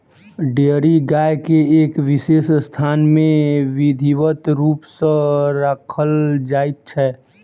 dairy गाय के एक विशेष स्थान मे विधिवत रूप सॅ राखल जाइत छै